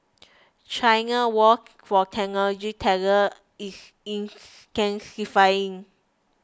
China's war for technology talent is intensifying